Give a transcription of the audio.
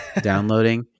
downloading